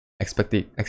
expecting